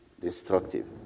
destructive